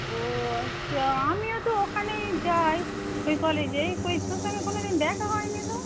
ও আচ্ছা আমিও তো ওখানেই যাই ওই কলেজেই কই তোর সঙ্গে কোনোদিন দেখা হয়নি তো